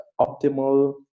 optimal